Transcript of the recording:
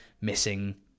Missing